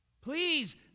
Please